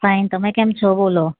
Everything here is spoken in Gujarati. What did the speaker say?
ફાઇન તમે કેમ છો બોલો